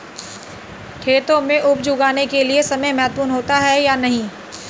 खेतों में उपज उगाने के लिये समय महत्वपूर्ण होता है या नहीं?